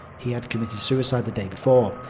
he had committed suicide the day before.